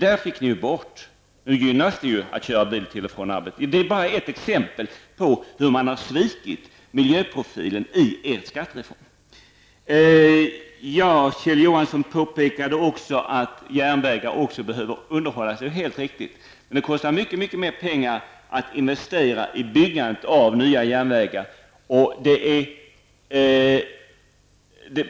Det fick ni bort. Nu gynnas det att köra bil till och från arbetet. Det är bara ett exempel på hur man har svikit miljöprofilen i er skattereform. Kjell Johansson påpekade även att järnvägar också behöver underhållas. Det är helt riktigt. Men det kostar mycket mer pengar att investera i byggandet av nya järnvägar.